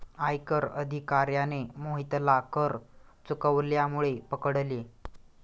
आयकर अधिकाऱ्याने मोहितला कर चुकवल्यामुळे पकडले